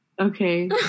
Okay